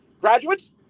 graduate